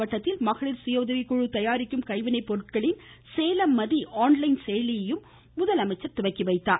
மாவட்டத்தில் மகளிர் சுயஉதவிக்குழு தயாரிக்கும் கைவினை பொருட்களின் சேலம் மதி ஆன்லைன் செயலியையும் முதலமைச்சர் துவக்கி வைத்தார்